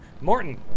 Morton